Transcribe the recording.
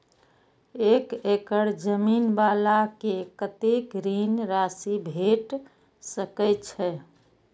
एक एकड़ जमीन वाला के कतेक ऋण राशि भेट सकै छै?